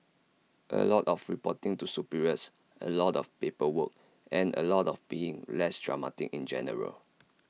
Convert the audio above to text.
A lot of reporting to superiors A lot of paperwork and A lot of being less dramatic in general